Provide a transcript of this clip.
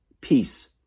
peace